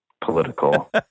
political